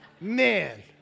man